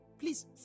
Please